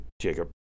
Jacob